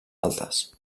altes